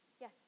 Yes